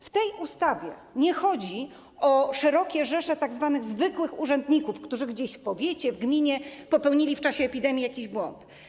W tej ustawie nie chodzi o szerokie rzesze tzw. zwykłych urzędników, którzy gdzieś w powiecie, w gminie popełnili w czasie epidemii jakiś błąd.